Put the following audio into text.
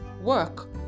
work